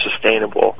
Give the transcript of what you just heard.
sustainable